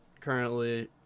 currently